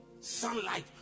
sunlight